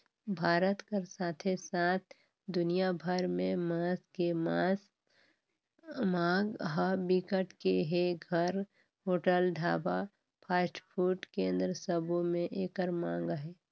भारत कर साथे साथ दुनिया भर में मांस के मांग ह बिकट के हे, घर, होटल, ढाबा, फास्टफूड केन्द्र सबो में एकर मांग अहे